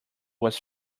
was